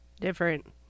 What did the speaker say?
different